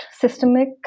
systemic